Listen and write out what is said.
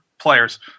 players